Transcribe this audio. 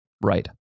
right